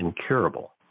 incurable